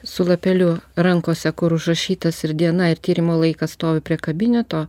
su lapeliu rankose kur užrašytas ir diena ir tyrimo laikas stovi prie kabineto